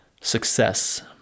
success